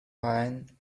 wine